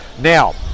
now